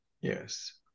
Yes